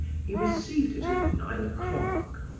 he received it at nine o'clock.